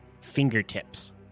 fingertips